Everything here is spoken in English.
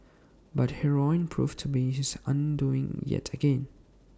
but heroin proved to be his undoing yet again